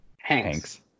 Hanks